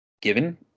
given